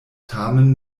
tamen